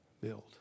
build